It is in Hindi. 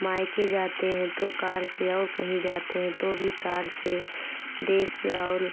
मायके जाते हैं तो कार से और कहीं जाते हैं तो भी कार से देश और